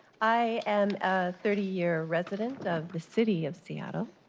i am a thirty year resident of the city of seattle.